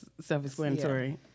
self-explanatory